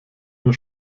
nur